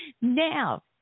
Now